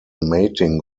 mating